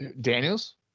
Daniels